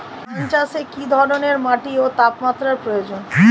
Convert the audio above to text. ধান চাষে কী ধরনের মাটি ও তাপমাত্রার প্রয়োজন?